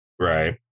Right